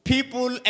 People